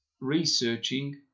researching